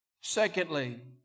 Secondly